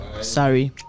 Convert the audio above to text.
Sorry